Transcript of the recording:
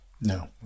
no